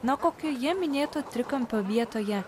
na kokioje minėto trikampio vietoje